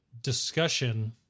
discussion